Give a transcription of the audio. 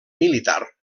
militar